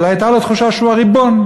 אבל הייתה לו תחושה שהוא הריבון.